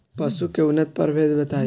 पशु के उन्नत प्रभेद बताई?